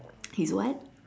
he's what